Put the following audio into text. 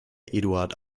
eduard